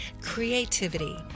creativity